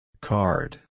Card